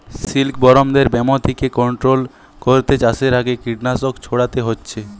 সিল্কবরমদের ব্যামো থিকে কন্ট্রোল কোরতে চাষের আগে কীটনাশক ছোড়াতে হচ্ছে